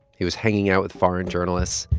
he was hanging out with foreign journalists.